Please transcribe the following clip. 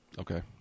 Okay